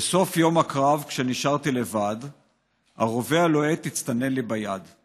"בסוף יום הקרב כשנשארתי לבד / הרובה הלוהט הצטנן לי ביד /